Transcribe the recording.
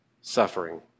suffering